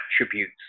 attributes